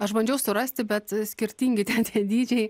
aš bandžiau surasti bet skirtingi ten tie dydžiai